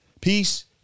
Peace